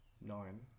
nine